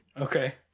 Okay